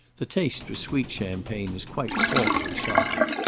the taste for sweet champagne is quite awfully shocking.